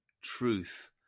truth